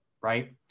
right